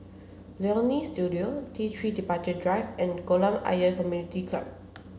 Leonie Studio T Three Departure Drive and Kolam Ayer Community Club